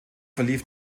verlief